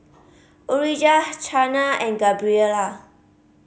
Orijah Chana and Gabriella